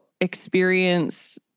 experience